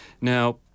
now